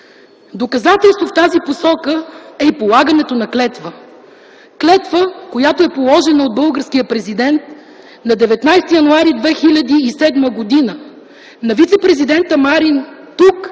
Доказателство в тази посока и е и полагането на клетва, положена от българския президент на 19 януари 2007 г., и на вицепрезидента Марин –